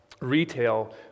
retail